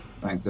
thanks